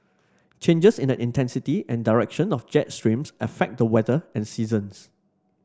changes in the intensity and direction of jet streams affect the weather and seasons